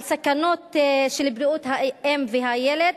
על סכנות של בריאות האם והילד.